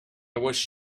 wish